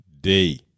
day